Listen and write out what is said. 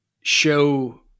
show